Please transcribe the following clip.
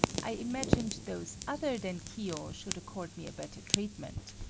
i imagined those other than kiyo should accord me a better treatment.